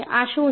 આ શું છે